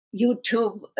YouTube